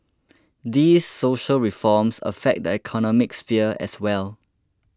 these social reforms affect the economic sphere as well